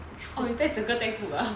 oh 你带整个 textbook ah